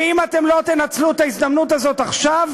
ואם אתם לא תנצלו את ההזדמנות הזאת עכשיו,